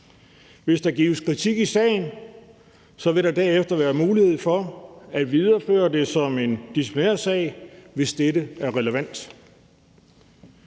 Hvis der gives kritik i sagen, vil der derefter være mulighed for at videreføre det som en disciplinærsag, hvis dette er relevant.